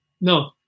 No